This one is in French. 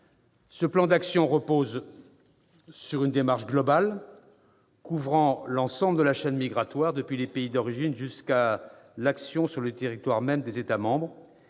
Ce plan d'action repose sur une démarche globale, couvrant l'ensemble de la chaîne migratoire, depuis les pays d'origine jusqu'à l'action sur le territoire même des États membres.